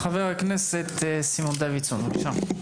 ח"כ סימון דוידסון בבקשה.